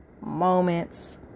moments